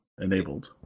enabled